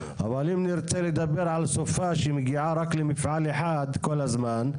אבל אם נרצה לדבר על סופה שהיא מגיעה רק למפעל אחד כל הזמן,